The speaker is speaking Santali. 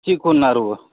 ᱪᱮᱫ ᱠᱚ ᱨᱮᱱᱟᱜ ᱨᱩᱣᱟᱹ